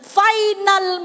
final